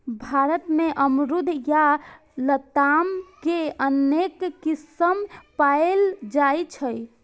भारत मे अमरूद या लताम के अनेक किस्म पाएल जाइ छै